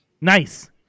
Nice